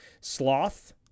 Sloth